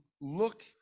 look